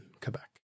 Quebec